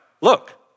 look